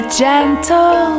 gentle